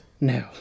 No